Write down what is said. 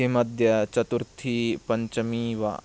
किम् अद्य चतुर्थी पञ्चमी वा